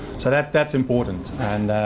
so that's that's important. and